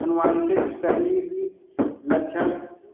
अनुवांशिक शरीर लक्षण